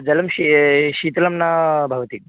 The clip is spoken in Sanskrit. जलं शीतलं शीतलं न भवति